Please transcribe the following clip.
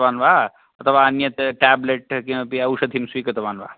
तथा अन्यत् टैबलेट किमपि औषधीं स्वीकृतवान् वा